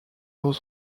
dans